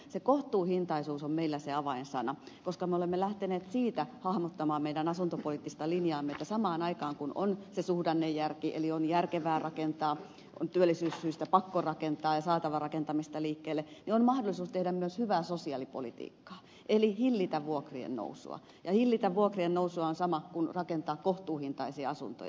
se kohtuuhintaisuus on meillä se avainsana koska me olemme lähteneet siitä hahmottamaan meidän asuntopoliittista linjaamme että samaan aikaan kun on se suhdannejärki eli on järkevää rakentaa on työllisyyssyistä pakko rakentaa ja saatava rakentamista liikkeelle niin on mahdollisuus tehdä myös hyvää sosiaalipolitiikkaa eli hillitä vuokrien nousua ja hillitä vuokrien nousua on sama kuin rakentaa kohtuuhintaisia asuntoja